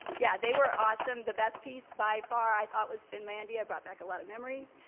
yeah, they were awesome. the best piece by far, i thought, was finlandia, brought back a lot of memories.